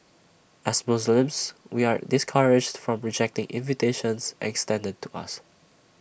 as Muslims we are discouraged from rejecting invitations extended to us